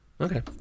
Okay